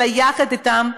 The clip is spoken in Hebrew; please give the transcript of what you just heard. אלא יחד איתם,